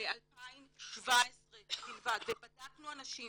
ל-2017 בלבד ובדקנו אנשים